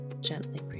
Gently